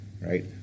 right